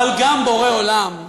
אבל גם בורא עולם,